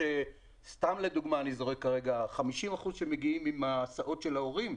סתם לדוגמה, 50 אחוזים מגיעים עם הסעות ההורים,